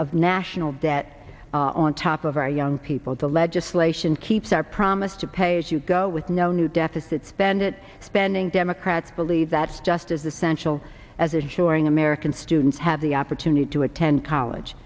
of national debt on top of our young people the legislation keeps our promise to pay as you go with no new deficit spend it spending democrats believe that just as essential as assuring american students have the opportunity to attend college